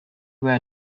where